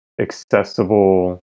accessible